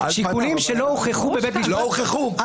שיקולים שלא הוכחו בבית משפט,